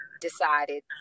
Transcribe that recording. decided